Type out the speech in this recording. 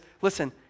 Listen